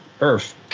Earth